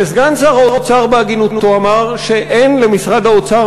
וסגן שר האוצר בהגינותו אמר שאין למשרד האוצר